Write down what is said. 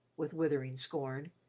with withering scorn.